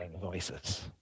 voices